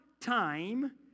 time